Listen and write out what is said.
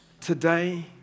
today